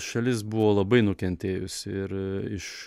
šalis buvo labai nukentėjusi ir iš